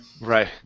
Right